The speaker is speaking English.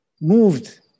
moved